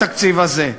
בתקציב הזה,